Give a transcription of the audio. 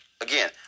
again